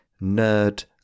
nerd